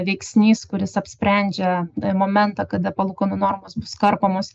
veiksnys kuris apsprendžia momentą kada palūkanų normos bus karpomos